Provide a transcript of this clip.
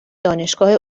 دانشگاه